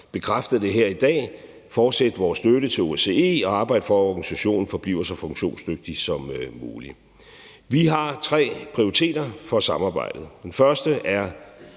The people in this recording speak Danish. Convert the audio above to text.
bekræftet her i dag, fortsætte vores støtte til OSCE og arbejde for, at organisationen forbliver så funktionsdygtig som muligt. Vi har tre prioriteter for samarbejdet. Den første er